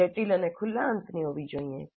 તે જટિલ અને ખુલ્લા અંતની હોવી જોઈએ